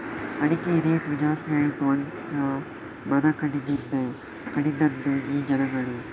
ಅಡಿಕೆ ರೇಟು ಜಾಸ್ತಿ ಆಯಿತು ಅಂತ ಮರ ಕಡಿದದ್ದೇ ಕಡಿದದ್ದು ಈ ಜನಗಳು